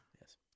Yes